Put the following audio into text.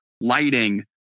lighting